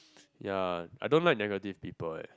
ya I don't like negative people eh